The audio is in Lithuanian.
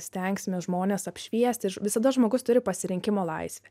stengsimės žmones apšviesti visada žmogus turi pasirinkimo laisvę